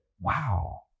Wow